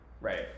Right